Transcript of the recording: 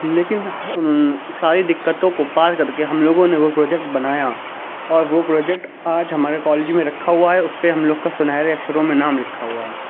لیکن ساری دکتوں کو پار کر کے ہم لوگوں نے وہ پروجیکٹ بنایا اور وہ پروجیکٹ آج ہمارے کالج میں رکھا ہوا ہے اس پہ ہم لوگ کا سنہرے اکشروں میں نام لکھا ہوا ہے